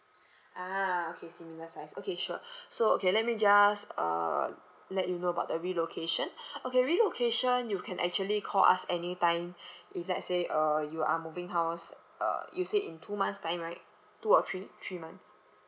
ah okay similar size okay sure so okay let me just uh let you know about the relocation okay relocation you can actually call us anytime if let's say uh you are moving house uh you said in two months' time right two or three three months